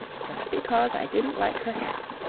just because i didn't like her hat.